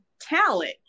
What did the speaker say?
talent